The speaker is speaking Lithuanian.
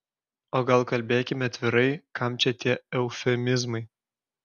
o gal kalbėkime atvirai kam čia tie eufemizmai